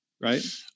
right